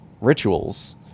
rituals